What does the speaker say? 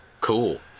cool